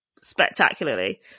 spectacularly